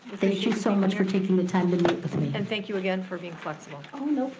thank you so much for taking the time to meet with me. and thank you again for being flexible. oh,